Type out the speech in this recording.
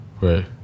Right